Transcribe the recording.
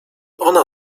ona